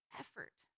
effort